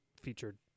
featured